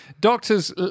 doctors